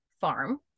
farm